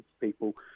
people